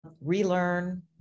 relearn